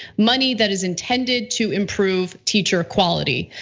money that is intended to improve teacher quality.